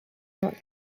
not